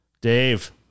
Dave